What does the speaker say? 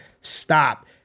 Stop